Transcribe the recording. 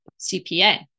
CPA